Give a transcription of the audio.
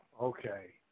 Okay